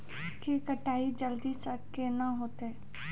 के केताड़ी जल्दी से के ना होते?